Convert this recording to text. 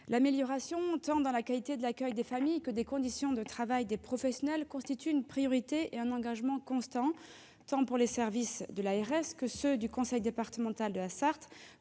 L'amélioration tant de la qualité de l'accueil des familles que des conditions de travail des professionnels constitue une priorité et un engagement constant des services de l'ARS comme de ceux du conseil départemental de la Sarthe,